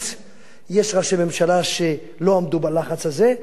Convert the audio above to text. יש ראשי ממשלה שלא עמדו בלחץ הזה, יש שעמדו.